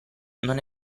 non